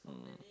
mm